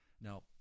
Now